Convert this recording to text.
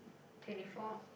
twenty four